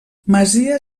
masia